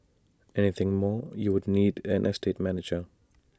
anything more you'd need an estate manager